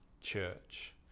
church